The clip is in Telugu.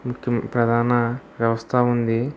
ప్రధాన వ్యవస్థ ఉంది